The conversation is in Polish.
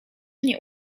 nie